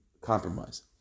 compromise